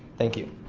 thank you.